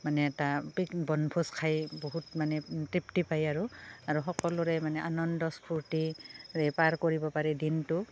মানে এটা পিক বনভোজ খাই বহুত মানে তৃপ্তি পায় আৰু আৰু সকলোৰে মানে আনন্দ ফূৰ্টিৰে পাৰ কৰিব পাৰি দিনটো